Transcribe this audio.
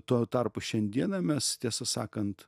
tuo tarpu šiandieną mes tiesą sakant